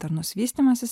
tarnus vystymasis